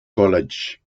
college